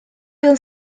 yıl